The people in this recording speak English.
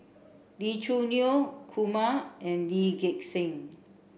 Lee Choo Neo Kumar and Lee Gek Seng